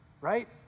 right